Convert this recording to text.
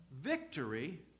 victory